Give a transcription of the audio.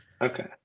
Okay